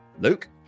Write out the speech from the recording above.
Luke